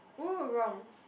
(woo) wrong